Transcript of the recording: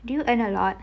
do you earn a lot